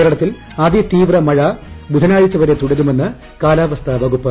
കേരളത്തിൽ അതിതീവ്രമഴ ബുധനാഴ്ച വരെ തുടരുമെന്ന് കാലാവസ്ഥാ വകുപ്പ്